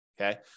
Okay